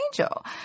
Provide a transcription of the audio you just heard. Angel